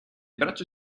braccio